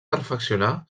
perfeccionar